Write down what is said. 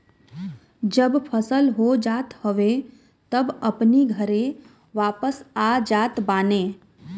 जब फसल हो जात हवे तब अपनी घरे वापस आ जात बाने